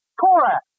Cora